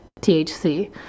THC